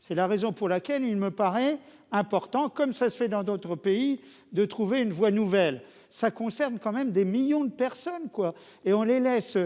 c'est la raison pour laquelle il me paraît important, comme ça se fait dans d'autres pays, de trouver une voie nouvelle, ça concerne quand même des millions de personnes, quoi, et on les laisse